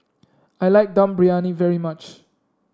I like Dum Briyani very much